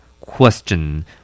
Question